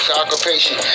occupation